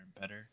better